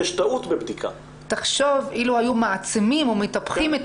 תחשוב אילו היו מעצימים ומטפחים את